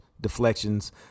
deflections